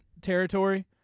territory